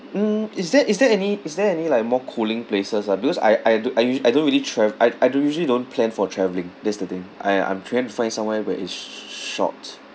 mm is there is there any is there any like more cooling places ah because I I don't I us~ I don't really trav~ I I don't usually don't plan for travelling that's the thing I I'm trying to find somewhere where is sh~ short